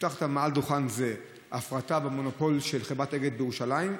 הבטחת מעל דוכן זה הפרטה במונופול של חברת אגד בירושלים,